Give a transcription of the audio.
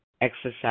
exercise